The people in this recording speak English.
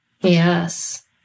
Yes